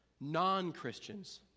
non-Christians